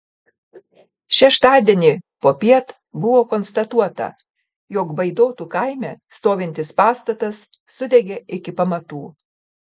šeštadienį popiet buvo konstatuota jog baidotų kaime stovintis pastatas sudegė iki pamatų